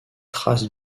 trace